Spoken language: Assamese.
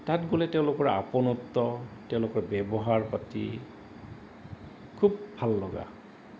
তাত গ'লে তেওঁলোকৰ আপোনত্ব তেওঁলোকৰ ব্যৱহাৰ পাতি খুব ভাল লগা